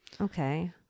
okay